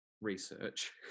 research